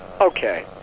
Okay